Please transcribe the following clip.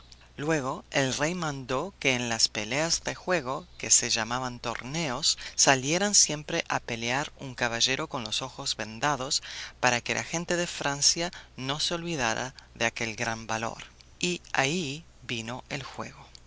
luego el rey mandó que en las peleas de juego que se llamaban torneos saliera siempre a pelear un caballero con los ojos vendados para que la gente de francia no se olvidara de aquel gran valor y ahí vino el juego